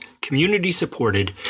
community-supported